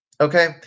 okay